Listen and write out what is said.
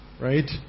Right